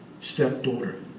stepdaughter